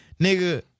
nigga